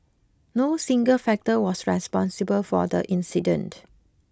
no single factor was responsible for the incident